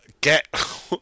get